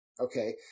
okay